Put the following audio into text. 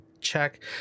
check